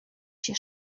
się